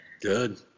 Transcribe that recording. Good